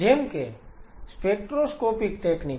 જેમ કે spectroscopic technique